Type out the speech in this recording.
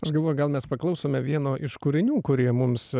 aš galvoju gal mes paklausome vieno iš kūrinių kurį mums